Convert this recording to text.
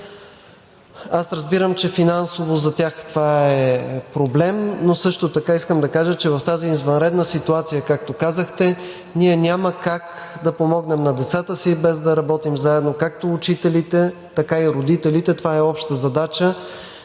Аз разбирам, че финансово за тях това е проблем, но също така искам да кажа, че в тази извънредна ситуация, както казахте, ние няма как да помогнем на децата си, без да работим заедно – както учителите, така и родителите. Това е обща задача